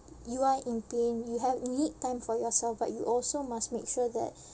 you are in pain you have you need time for yourself but you also must make sure that